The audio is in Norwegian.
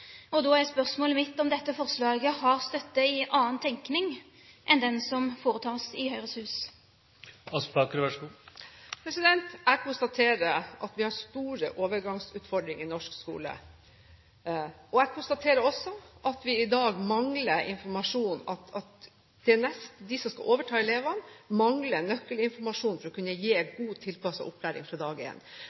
Da er spørsmålet mitt om dette forslaget har støtte i annen tenkning enn den som foretas i Høyres Hus. Jeg konstaterer at vi har store overgangsutfordringer i norsk skole. Jeg konstaterer også at de som skal overta elevene, i dag mangler nøkkelinformasjon for å kunne gi en god, tilpasset opplæring fra dag